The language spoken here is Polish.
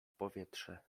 powietrze